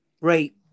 Right